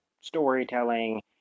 storytelling